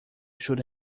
should